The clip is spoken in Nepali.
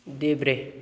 देब्रे